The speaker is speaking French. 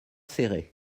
céré